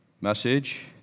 message